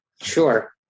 Sure